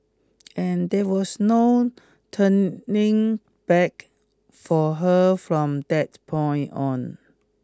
and there was no turning back for her from that point on